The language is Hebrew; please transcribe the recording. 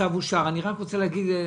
הצבעה בעד, 4 נגד, אין נמנעים,